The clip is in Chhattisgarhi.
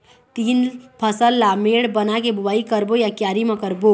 तील फसल ला मेड़ बना के बुआई करबो या क्यारी म करबो?